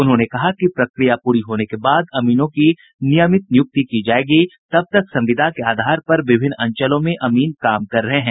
उन्होंने कहा कि प्रक्रिया प्ररी होने के बाद अमीनों की नियमित नियुक्ति की जायेगी तब तक संविदा के आधार पर विभिन्न अंचलों में अमीन काम कर रहे हैं